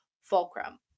Fulcrum